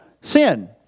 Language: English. sin